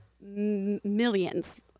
millions